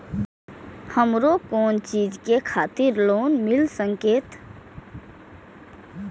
हमरो कोन चीज के खातिर लोन मिल संकेत?